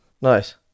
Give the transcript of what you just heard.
Nice